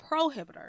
prohibitor